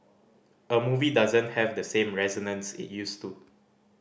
a movie doesn't have the same resonance it used to